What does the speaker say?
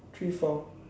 three four